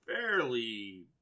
fairly